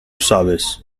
sabes